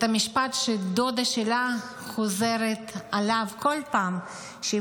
את המשפט שדודה שלה חוזרת עליו כל פעם כשהיא